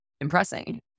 impressing